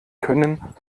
können